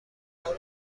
بیمار